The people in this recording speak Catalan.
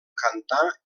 cantar